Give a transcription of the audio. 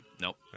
Nope